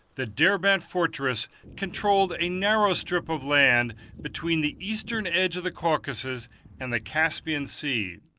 the derbent fortress controlled a narrow strip of land between the eastern edge of the caucasus and the caspian sea.